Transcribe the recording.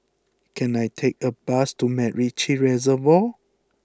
can I take a bus to MacRitchie Reservoir